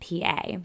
PA